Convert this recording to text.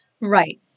Right